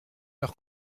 leurs